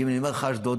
ואם אני מדבר על אשדוד,